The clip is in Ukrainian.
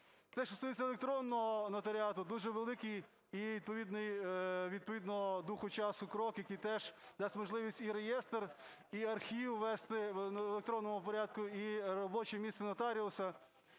Те, що стосується електронного нотаріату, дуже великий і відповідно духу часу крок, який теж дасть можливість і реєстр, і архів вести в електронному порядку, і робоче місце нотаріуса.